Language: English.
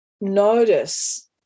notice